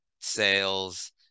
sales